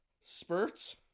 spurts